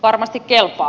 varmasti kelpaa